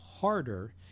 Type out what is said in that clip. harder